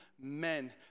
men